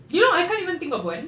you know I can't even think of one